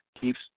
keeps